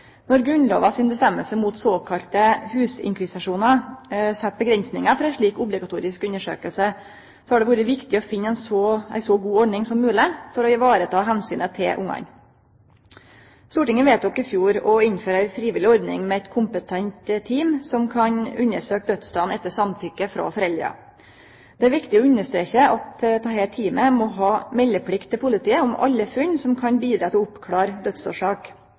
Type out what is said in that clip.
mot såkalla husinkvisisjonar set grenser for ei slik obligatorisk undersøking, har det vore viktig å finne ei så god ordning som mogleg, for å vareta omsynet til ungane. Stortinget vedtok i fjor å innføre ei frivillig ordning med eit kompetent team som etter samtykke frå foreldra kan undersøkje dødsstaden. Det er viktig å understreke at dette teamet må ha meldeplikt til politiet om alle funn som kan bidra til